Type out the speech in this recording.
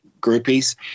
groupies